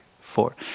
four